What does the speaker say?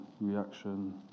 reaction